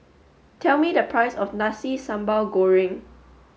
tell me the price of Nasi Sambal Goreng